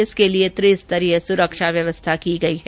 इसके लिए त्रिस्तरीय सुरक्षा व्यवस्था की गई है